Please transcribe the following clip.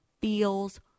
feels